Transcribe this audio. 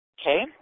Okay